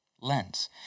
lens